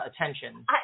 attention